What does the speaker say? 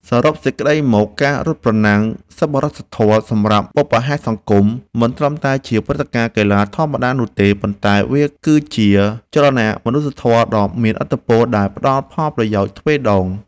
សរុបសេចក្ដីមក ការរត់ប្រណាំងសប្បុរសធម៌សម្រាប់បុព្វហេតុសង្គម មិនត្រឹមតែជាព្រឹត្តិការណ៍កីឡាធម្មតានោះទេ ប៉ុន្តែវាគឺជា ចលនាមនុស្សធម៌ដ៏មានឥទ្ធិពល ដែលផ្តល់ផលប្រយោជន៍ទ្វេដង។